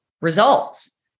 results